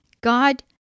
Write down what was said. God